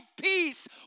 peace